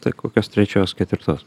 tai kokios trečios ketvirtos